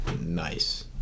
nice